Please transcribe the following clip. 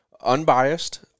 unbiased